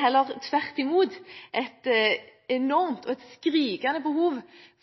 heller tvert imot et enormt – et skrikende – behov